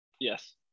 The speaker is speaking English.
Yes